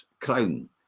crown